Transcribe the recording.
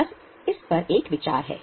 बस इस पर एक विचार है